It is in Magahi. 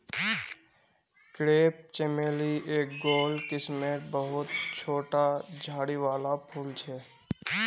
क्रेप चमेली एक गोल किस्मेर बहुत छोटा झाड़ी वाला फूल छे